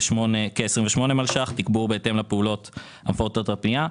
כ-28 מיליון ₪ עבור תגבור בהתאם לפעולות המפורטות בפנייה,